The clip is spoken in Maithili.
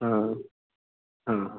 हँ हँ